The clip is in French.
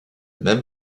même